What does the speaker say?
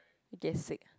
get sick